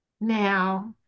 Now